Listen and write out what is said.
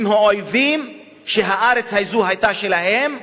הם האויבים שהארץ הזו היתה שלהם,